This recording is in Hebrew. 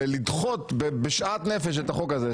ולדחות בשאט נפש את החוק הזה,